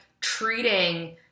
treating